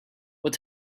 what